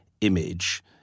image